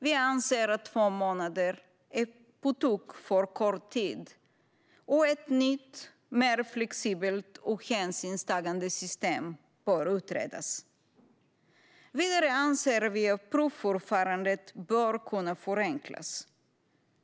Vi anser att två månader är på tok för kort tid och att ett nytt system som är mer flexibelt och hänsynstagande bör utredas. Vidare anser vi att provförfarandet bör kunna förenklas.